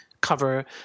cover